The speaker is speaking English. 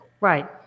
Right